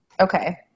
Okay